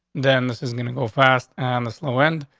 then this is gonna go fast on the slow end.